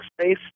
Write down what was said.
space